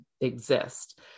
exist